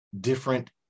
different